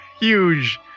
huge